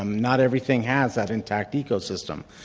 um not everything has that intact ecosystem.